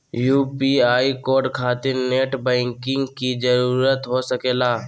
UPI code खातिर net banking की जरूरत हो सके ला?